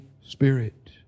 Spirit